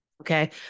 Okay